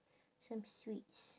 some sweets